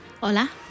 Hola